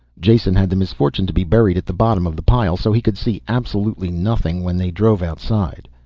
jason had the misfortune to be buried at the bottom of the pile so he could see absolutely nothing when they drove outside.